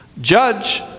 judge